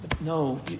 no